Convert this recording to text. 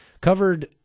Covered